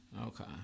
Okay